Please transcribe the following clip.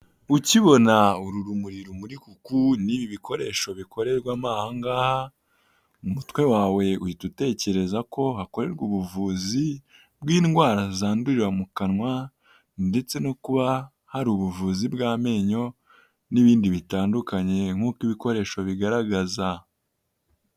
Ukibona uru rumuri uku n'ibi bikoresho bikorerwamo aha ngaha umutwe wawe uhita utekereza ko hakorerwa ubuvuzi bw'indwara zandurira mu kanwa ndetse no kuba hari ubuvuzi bw'amenyo n'ibindi bitandukanye nk'uko ibikoresho bigaragaza.